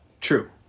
True